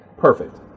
Perfect